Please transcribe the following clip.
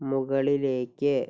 മുകളിലേക്ക്